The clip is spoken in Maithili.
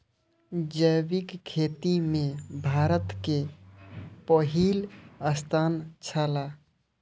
जैविक खेती में भारत के पहिल स्थान छला